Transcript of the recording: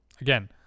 Again